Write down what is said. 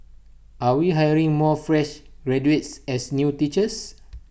are we hiring more fresh graduates as new teachers